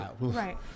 Right